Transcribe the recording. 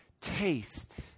taste